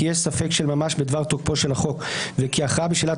כי יש ספק של ממש בדבר תוקפו של החוק וכי הכרעה בשאלת